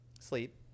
sleep